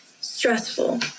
stressful